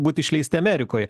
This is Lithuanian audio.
būt išleisti amerikoj